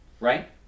Right